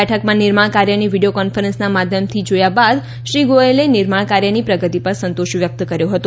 બેઠકમાં નિર્માણ કાર્યને વિડિયો કોન્ફરન્સના માધ્યમથી જોડાયા બાદ શ્રી ગોયલે નિર્માણ કાર્યની પ્રગતિ પર સંતોષ વ્યક્ત કર્યો હતો